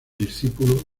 discípulo